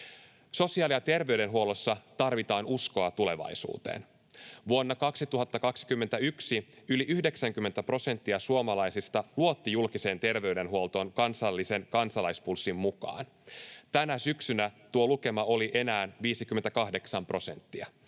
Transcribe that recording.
Sosiaali- ja terveydenhuollossa tarvitaan uskoa tulevaisuuteen. Vuonna 2021 yli 90 prosenttia suomalaisista luotti julkiseen terveydenhuoltoon kansallisen Kansalaispulssin mukaan. Tänä syksynä tuo lukema oli enää 58 prosenttia.